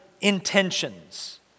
intentions